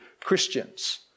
Christians